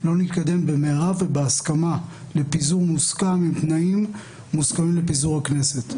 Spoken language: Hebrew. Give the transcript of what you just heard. לא נתקדם במהרה ובהסכמה לפיזור מוסכם עם תנאים מוסכמים לפיזור הכנסת.